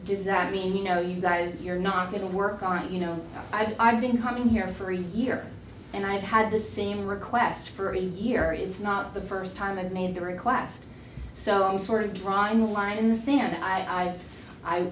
does that mean you know you guys you're not going to work on you know i've been coming here for a year and i've had the same request for a year it's not the first time i've made the request so i'm sort of drawing the line in the sand i i